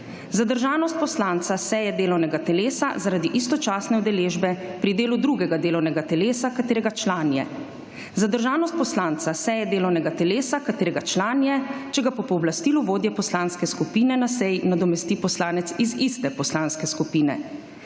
zadržanost poslanca seje delovnega telesa zaradi istočasne udeležbe pri delu drugega delovnega telesa katerega član je; zadržanost poslanca s seje delovnega telesa katerega član je, če ga po pooblastilu vodje poslanske skupine na seji nadomesti poslanec iz iste poslanske skupine;